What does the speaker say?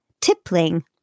tippling